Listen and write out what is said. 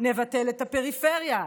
נבטל את הפריפריה.